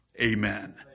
Amen